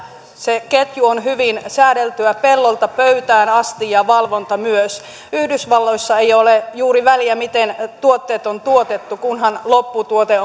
se ketju on hyvin säädeltyä pellolta pöytään asti ja valvonta myös yhdysvalloissa ei ole juuri väliä miten tuotteet on tuotettu kunhan lopputuote